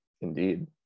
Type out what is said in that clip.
indeed